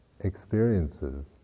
experiences